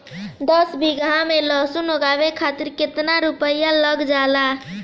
दस बीघा में लहसुन उगावे खातिर केतना रुपया लग जाले?